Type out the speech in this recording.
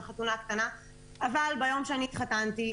ביום שאני התחתני,